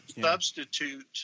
Substitute